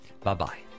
Bye-bye